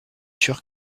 sûr